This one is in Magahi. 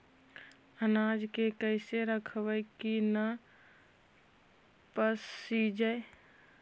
अनाज के कैसे रखबै कि न पसिजै?